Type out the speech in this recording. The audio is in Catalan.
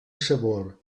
sabor